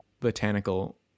botanical